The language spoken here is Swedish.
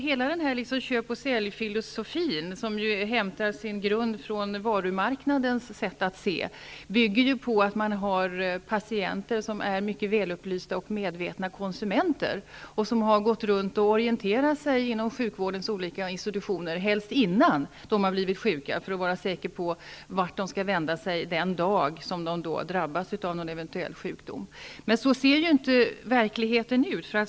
Hela den här ''köp och sälj''-filosofin, som ju hämtar sin grund från varumarknaden, bygger på att man har patienter som är mycket välupplysta och medvetna konsumenter och som har gått runt och orienterat sig inom sjukvårdens olika institutioner, helst innan de blivit sjuka, för att vara säkra på vart de skall vända sig den dag som de drabbas av någon sjukdom. Men så ser ju inte verkligheten ut.